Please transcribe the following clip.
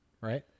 right